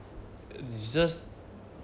it's just